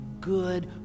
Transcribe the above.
good